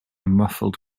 muffled